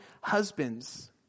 husbands